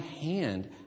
hand